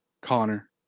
Connor